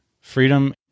freedom